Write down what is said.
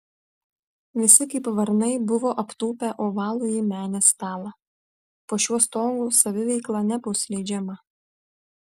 visi kaip varnai buvo aptūpę ovalųjį menės stalą po šiuo stogu saviveikla nebus leidžiama